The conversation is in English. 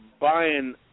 buying